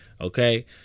Okay